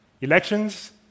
elections